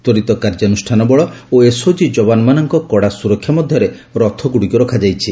ତ୍ୱରିତ୍ କାର୍ଯ୍ୟାନୁଷ୍ଠାନ ବଳ ଓ ଏସଓଜି ଜବାନମାନଙ୍କ କଡା ସୁରକ୍ଷା ମଧ୍ଘରେ ରଥଗୁଡିକୁ ରଖାଯାଇଛି